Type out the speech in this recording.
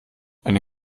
eine